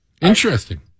Interesting